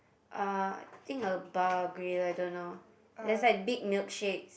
uh think a bar grill I don't know there's like big milkshake